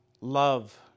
love